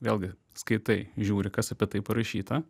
vėlgi skaitai žiūri kas apie tai parašyta